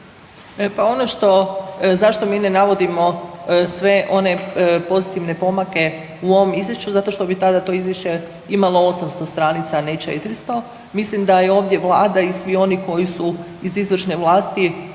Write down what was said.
pa ono što, zašto mi ne navodimo sve one pozitivne pomake u ovom izvješću zato što bi tada to izvješće imalo 800 stranica, a ne 400. Mislim da je ovdje Vlada i svi oni koji su iz izvršne vlasti